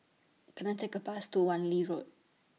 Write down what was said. Can I Take A Bus to Wan Lee Road